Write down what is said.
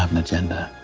um agenda,